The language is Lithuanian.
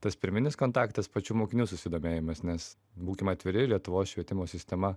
tas pirminis kontaktas pačių mokinių susidomėjimas nes būkim atviri lietuvos švietimo sistema